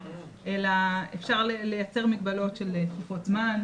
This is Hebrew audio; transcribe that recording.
אלא אפשר לייצר מגבלות של תקופות זמן,